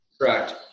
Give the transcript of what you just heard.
Correct